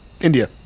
India